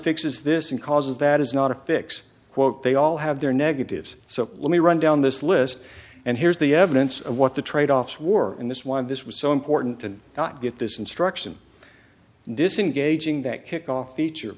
fixes this and causes that is not a fix quote they all have their negatives so let me run down this list and here's the evidence of what the trade offs wore in this one this was so important to not get this instruction disengaging that kick off feature